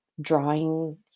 drawing